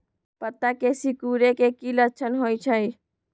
पत्ता के सिकुड़े के की लक्षण होइ छइ?